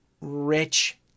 rich